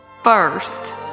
first